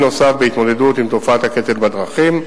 נוסף בהתמודדות עם תופעת הקטל בדרכים,